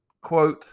quote